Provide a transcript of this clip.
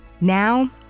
Now